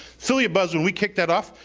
affiliate buzz when we kicked that off,